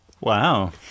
Wow